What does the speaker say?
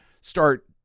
start